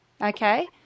Okay